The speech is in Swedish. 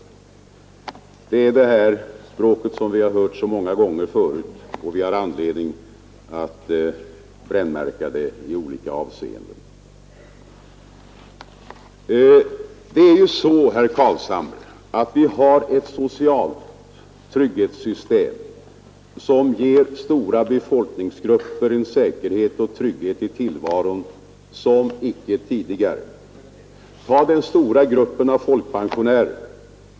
Det språket har vi hört så många gånger förut, att vi har anledning att brännmärka det i olika avseenden. Det är ju så, herr Carlshamre, att vi har ett socialt trygghetssystem som ger stora befolkningsgrupper en säkerhet och trygghet i tillvaron som de icke hade tidigare. Ta den stora gruppen av folkpensionärer.